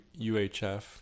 UHF